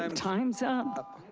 um time's up.